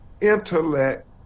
intellect